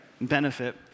benefit